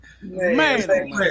Man